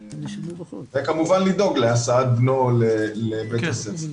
וכמובן לדאוג להסעת בנו לבית הספר.